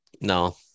No